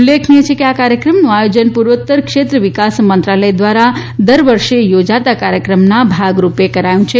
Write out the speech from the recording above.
ઉલ્લેખનીય છે કે આ કાર્યક્રમનું આયોજન પૂર્વોત્તર ક્ષેત્ર વિકાસ મંત્રાલય દ્વારા દર વર્ષે યોજાતા કાર્યક્રમના ભાગરૂપે કરાયું છે